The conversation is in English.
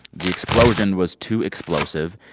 the explosion was too explosive.